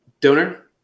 donor